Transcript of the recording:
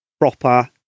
Proper